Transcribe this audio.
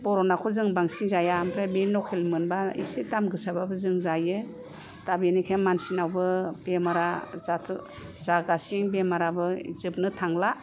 बरफ नाखौ जों बांसिन जाया ओमफ्राय बे लकेल मोनबा एसे दाम गोसाब्लाबो जों जायो दा बेनिखाय मानसिनावबो बेरामा जागासिनो बेरामाबो जोबनो थांला